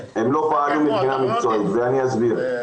הם לא פעלו מבחינה מקצועית ואני אסביר.